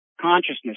consciousness